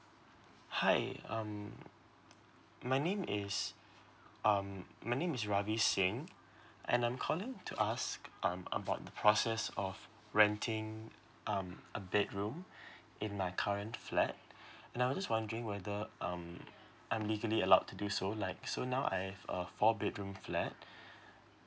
hi um my name is um my name is ravi singh and I'm calling to ask um about the process of renting um a bedroom in my current flat now I'm just wondering whether um I'm legally allowed to do so like so now I have a four bedroom flat